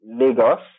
Lagos